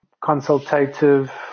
Consultative